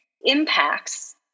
impacts